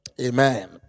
Amen